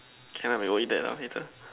can lah we go eat that lah later